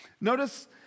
Notice